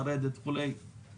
לרדת וכולי,